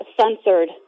censored